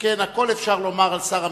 שכן הכול אפשר לומר על שר המשפטים,